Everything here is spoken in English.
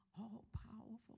all-powerful